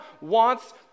wants